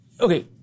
okay